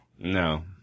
No